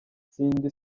cindy